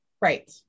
right